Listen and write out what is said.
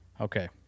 Okay